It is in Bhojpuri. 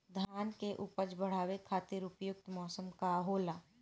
धान के उपज बढ़ावे खातिर उपयुक्त मौसम का होला?